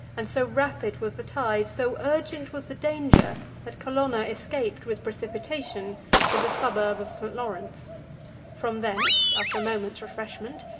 and so rapid was the tide, so urgent was the danger, that colonna escaped with precipitation to the suburb of st. laurence from thence, after a moment's refreshment,